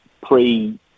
pre